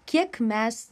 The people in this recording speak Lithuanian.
kiek mes